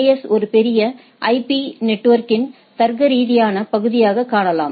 S ஒரு பெரிய IP நெட்வொர்க்கின் தர்க்கரீதியான பகுதியாகக் காணலாம்